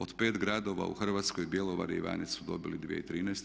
Od 5 gradova u Hrvatskoj Bjelovar i Ivanec su dobili 2013.